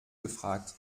gefragt